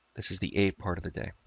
this is the, a part of the day.